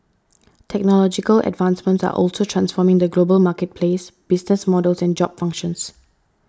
technological advancements are also transforming the global marketplace business models and job functions